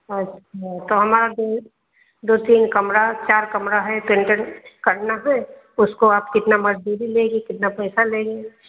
अच्छा तो हमारा जो है